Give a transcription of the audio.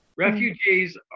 Refugees